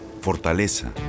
Fortaleza